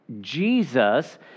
Jesus